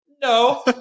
No